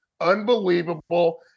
Unbelievable